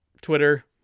Twitter